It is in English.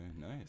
Nice